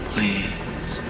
Please